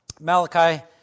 Malachi